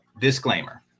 Disclaimer